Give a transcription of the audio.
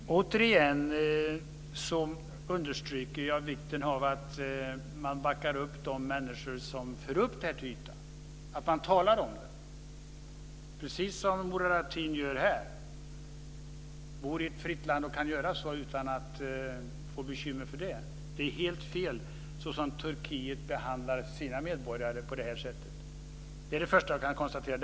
Fru talman! Återigen understryker jag vikten av att backa upp de människor som för upp det här till ytan och talar om det, precis som Murad Artin gör här. Vi bor i ett fritt land och kan göra det utan att få bekymmer för det. Det sätt på vilket Turkiet behandlar sina medborgare är helt fel. Det är det första jag kan konstatera.